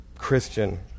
Christian